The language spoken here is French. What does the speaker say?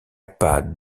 pas